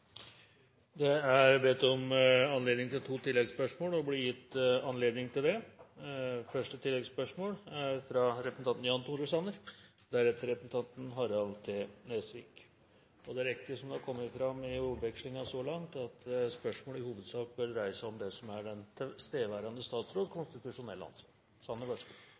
blir gitt anledning til to oppfølgingsspørsmål – først Jan Tore Sanner. Det er riktig, som det er kommet fram i ordvekslingen så langt, at spørsmål i hovedsak bør dreie seg om det som er den tilstedeværende statsråds konstitusjonelle ansvar.